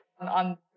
on